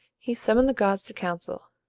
he summoned the gods to council.